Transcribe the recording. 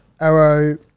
Arrow